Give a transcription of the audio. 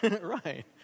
Right